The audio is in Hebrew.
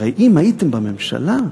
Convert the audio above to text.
הרי אם הייתם בממשלה,